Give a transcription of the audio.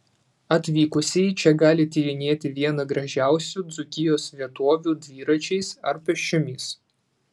atvykusieji čia gali tyrinėti vieną gražiausių dzūkijos vietovių dviračiais ar pėsčiomis